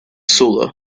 solar